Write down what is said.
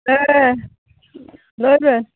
ᱦᱮᱸ ᱞᱟᱹᱭᱢᱮ